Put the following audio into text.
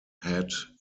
had